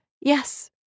Yes